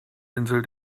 insel